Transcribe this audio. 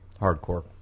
Hardcore